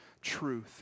truth